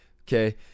Okay